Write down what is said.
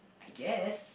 I guess